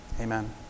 Amen